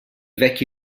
vecchi